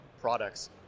products